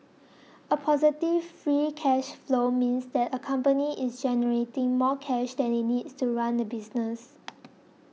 a positive free cash flow means that a company is generating more cash than it needs to run the business